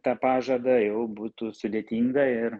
tą pažadą jau būtų sudėtinga ir